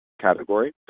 category